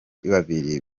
babiri